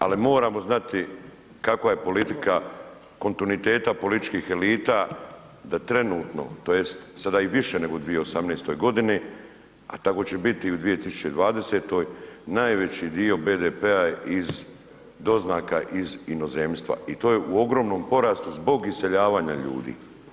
Ali moramo znati kakva je politika kontinuiteta političkih elita da trenutno tj. sada i više nego u 2018. godini, a tako će biti i u 2020. najveći dio BDP-a iz doznaka iz inozemstva i to je u ogromnom porastu zbog iseljavanja ljudi.